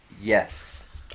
Yes